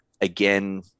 again